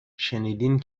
شنیدین